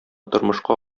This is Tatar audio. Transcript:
тормышка